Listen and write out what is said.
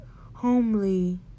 homely